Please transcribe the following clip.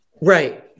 Right